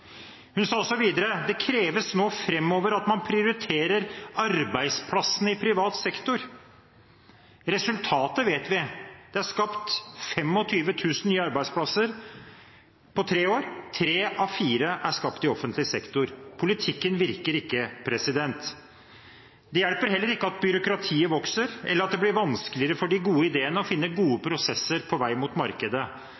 Hun sa også at det kreves framover at «vi prioriterer arbeidsplasser i privat sektor». Resultatet vet vi. Det er skapt 25 000 nye arbeidsplasser på tre år. Tre av fire er skapt i offentlig sektor. Politikken virker ikke. Det hjelper heller ikke at byråkratiet vokser, eller at det blir vanskeligere for de gode ideene å finne gode